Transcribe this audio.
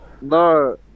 No